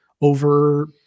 over